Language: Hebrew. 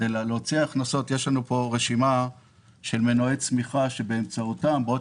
יש לנו רשימה של מנועי צמיחה שבאמצעותם בעוד